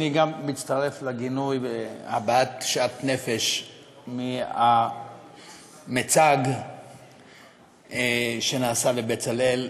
אני גם מצטרף לגינוי והבעת שאט נפש מהמיצג שנעשה ב"בצלאל".